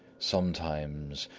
sometimes,